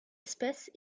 espèce